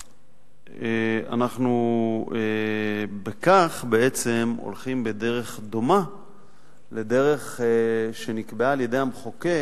אנחנו בכך בעצם הולכים בדרך דומה לדרך שנקבעה על-ידי המחוקק